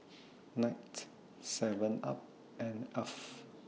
Knight Seven up and Alf